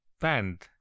band